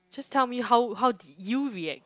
just tell me how how did you react